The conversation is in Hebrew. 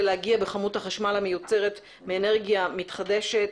להגיע בכמות החשמל המיוצרת מאנרגיה מתחדשת.